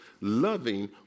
loving